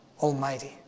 almighty